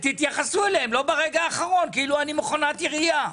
תתייחסו אליהם לא ברגע האחרון כאילו אני מכונת ירייה.